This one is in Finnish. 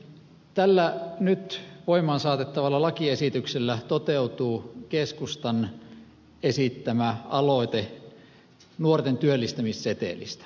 tällä nyt voimaan saatettavalla lakiesityksellä toteutuu keskustan esittämä aloite nuorten työllistämissetelistä